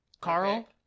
Carl